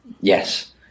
Yes